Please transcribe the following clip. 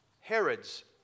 Herod's